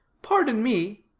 pardon me,